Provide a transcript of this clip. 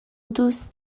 دوست